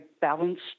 balanced